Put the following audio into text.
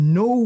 no